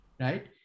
right